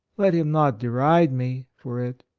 let him not deride me for it,